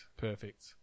perfect